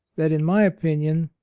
that, in my opinion,